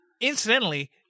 incidentally